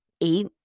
eight